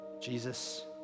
Jesus